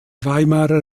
weimarer